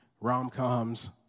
rom-coms